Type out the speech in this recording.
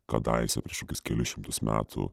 kadaise prieš kelis šimtus metų